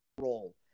role